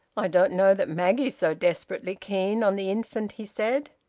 i don't know that maggie's so desperately keen on the infant! he said.